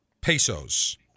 pesos